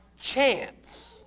chance